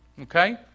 Okay